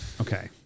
Okay